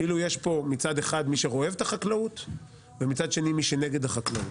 כאילו יש פה מצד אחד מי שאוהב את החקלאות ומצד שני מי שנגד החקלאות.